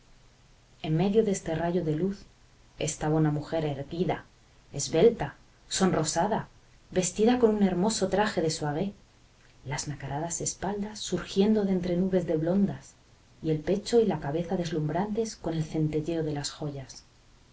en medio de este rayo de luz estaba una mujer erguida esbelta sonrosada vestida con un hermoso traje de soirée las nacaradas espaldas surgiendo de entre nubes de blondas y el pecho y la cabeza deslumbrantes con el centelleo de las joyas